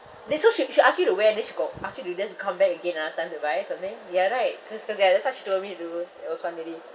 then so she she ask you to wear then she got ask you to just come back again another time to buy or something ya right cause cause ya that's what she told me to do there was one lady